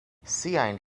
siajn